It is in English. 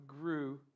grew